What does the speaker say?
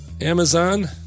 Amazon